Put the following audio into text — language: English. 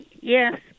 Yes